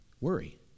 worry